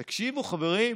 ותקשיבו, חברים,